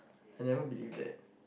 I never believed that